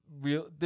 real